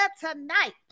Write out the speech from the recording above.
tonight